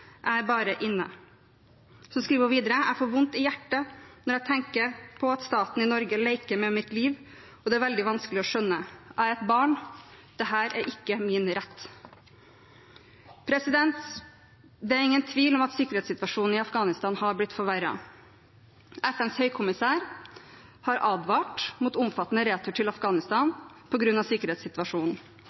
jeg er bare inne.» Hun skriver videre: «Jeg får vondt i hjertet når jeg tenker at staten i Norge leker med mitt liv og det er veldig vanskelig å skjønne. Jeg er et barn dette er ikke min rett.» Det er ingen tvil om at sikkerhetssituasjonen i Afghanistan har blitt forverret. FNs høykommissær har advart mot omfattende retur til Afghanistan på grunn av sikkerhetssituasjonen.